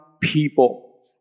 people